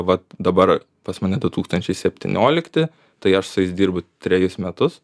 vat dabar pas mane du tūkstančiai septyniolikti tai aš su jais dirbu trejus metus